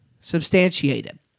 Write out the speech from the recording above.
substantiated